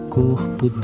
corpo